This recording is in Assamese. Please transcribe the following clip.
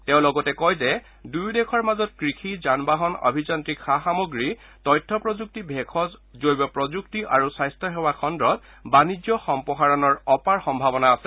তেওঁ লগত কয় যে দুয়ো দেশৰ মাজত কৃষি যানবাহন আভিযন্ত্ৰিক সা সামগ্ৰী তথ্য প্ৰযুক্তি ভেষজ জৈৱ প্ৰযুক্তি আৰু স্বাস্থ্য সেৱা খণ্ডত বাণিজ্য সম্প্ৰসাৰণৰ অপাৰ সম্ভাৱনা আছে